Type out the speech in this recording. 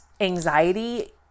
anxiety